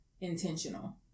intentional